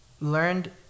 learned